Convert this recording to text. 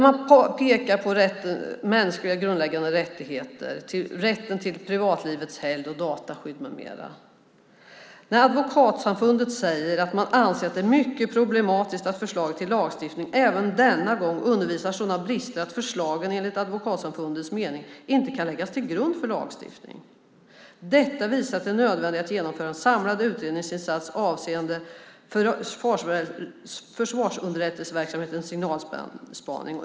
Man pekar på mänskliga grundläggande rättigheter, rätten till privatlivets helgd, dataskydd med mera. Advokatsamfundet säger att det är mycket problematiskt att förslaget till lagstiftning även denna gång uppvisar sådana brister att förslagen enligt Advokatsamfundets mening inte kan läggas till grund för lagstiftning. Vidare skriver man: Detta visar det nödvändiga i att genomföra en samlad utredningsinsats avseende försvarsunderrättelseverksamheten och signalspaning.